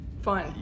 fun